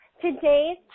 today's